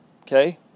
okay